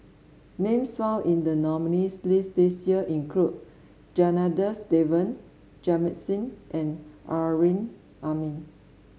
names found in the nominees' list this year include Janadas Devan Jamit Singh and Amrin Amin